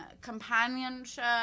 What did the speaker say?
companionship